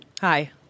Hi